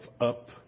up